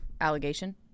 allegation